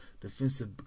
Defensive